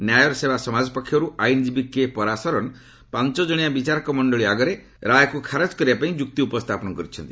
ନାୟର୍ ସେବା ସମାଜ ପକ୍ଷରୁ ଆଇନଜୀବୀ କେ ପରାଶରନ୍ ପାଞ୍ଚ ଜଣିଆ ବିଚାରକ ମଣ୍ଡଳୀ ଆଗରେ ରାୟକୁ ଖାରଜ କରିବାପାଇଁ ଯୁକ୍ତି ଉପସ୍ଥାପନ କରିଛନ୍ତି